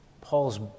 Paul's